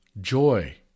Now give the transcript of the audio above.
joy